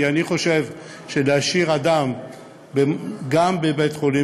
כי אני חושב שלהשאיר אדם גם בבית-חולים